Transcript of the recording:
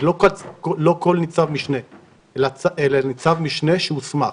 זה לא כל ניצב משנה אלא ניצב משנה שהוסמך.